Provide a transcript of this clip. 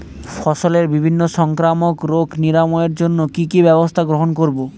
ফসলের বিভিন্ন সংক্রামক রোগ নিরাময়ের জন্য কি কি ব্যবস্থা গ্রহণ করব?